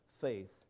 faith